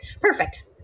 perfect